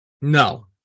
no